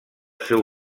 seu